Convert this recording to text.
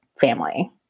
family